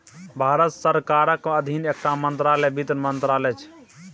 भारत सरकारक अधीन एकटा मंत्रालय बित्त मंत्रालय छै